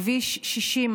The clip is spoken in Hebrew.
כביש 60,